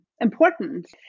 important